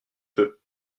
peux